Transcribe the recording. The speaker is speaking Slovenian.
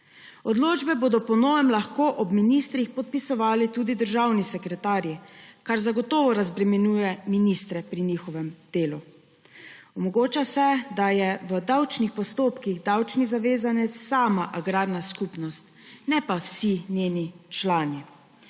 Odločbe bodo po novem lahko ob ministrih podpisovali tudi državni sekretarji, kar zagotovo razbremenjuje ministre pri njihovem delu. Omogoča se, da je v davčnih postopkih davčni zavezanec sama agrarna skupnost, ne pa vsi njeni člani.